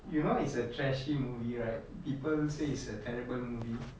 you know it's a trashy movie right people say is a terrible movie